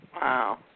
Wow